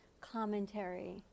commentary